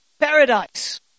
paradise